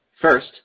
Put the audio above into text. First